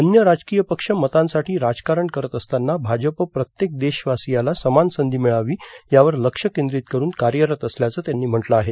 अन्य राजकीय पक्ष मतांसाठी राजकारण करत असताना भाजप प्रत्येक देशवासीयाला समान संधी मिळावी यावर लक्ष केंद्रित करून कार्यरत असल्याचं त्यांनी म्हटलं आहे